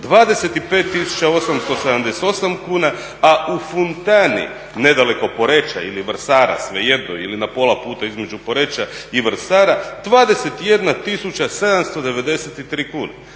25.878 kuna, a u Funtani nedaleko od Poreča ili Vrsara ili svejedno ili na pola put između Poreča i Vrsara 21.793 kune.